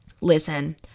Listen